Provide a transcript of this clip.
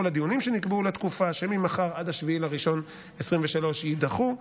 כל הדיונים שנקבעו לתקופה שממחר עד 7 בינואר 2023 יידחו.